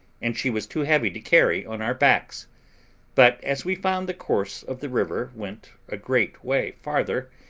and she was too heavy to carry on our backs but as we found the course of the river went a great way farther,